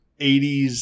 80s